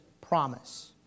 promise